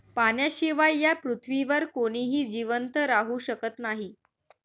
पाण्याशिवाय या पृथ्वीवर कोणीही जिवंत राहू शकत नाही